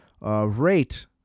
Rate